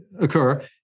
occur